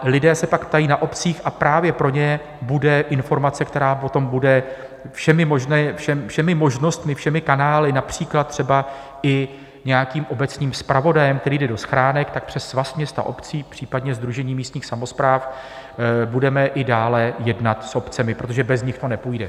Lidé se pak ptají na obcích a právě pro ně bude informace, která potom bude všemi možnostmi, všemi kanály, například třeba i nějakým obecním zpravodajem, který jde do schránek, tak přes Svaz měst a obcí, případně sdružení místních samospráv; budeme i dále jednat s obcemi, protože bez nich to nepůjde.